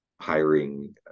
hiring